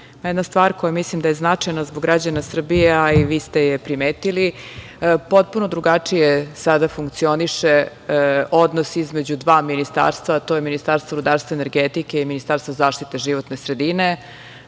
jedna stvar koja mislim da je značajna zbog građana Srbije, a i vi ste je primetili. Potpuno drugačije sada funkcioniše odnos između dva ministarstva, to je Ministarstvo rudarstva i energetike i Ministarstvo zaštite životne sredine.